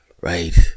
right